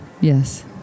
Yes